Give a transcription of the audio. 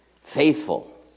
Faithful